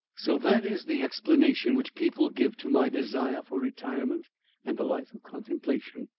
so that is the explanation which people give to my desire for retirement and a life of contemplation.